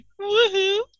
Woohoo